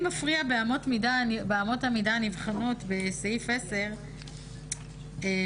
באמות המידה הנבחנות, בשקף 10,